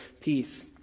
peace